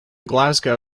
glasgow